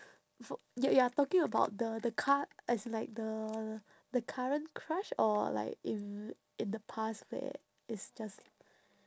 for you're you're talking about the the cur~ as in like the the current crush or like in in the past where it's just